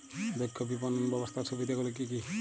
দক্ষ বিপণন ব্যবস্থার সুবিধাগুলি কি কি?